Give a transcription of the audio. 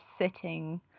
sitting